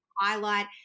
highlight